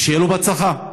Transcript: ושיהיה לו בהצלחה.